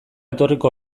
etorriko